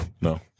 No